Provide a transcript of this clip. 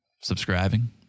subscribing